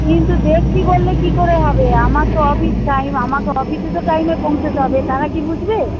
কিন্তু দেখছি বললে কী করে হবে আমার তো অফিস টাইম আমাকে অফিসে তো টাইমে পৌঁছোতে হবে তারা কি বুঝবে